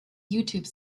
youtube